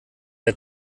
der